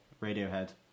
Radiohead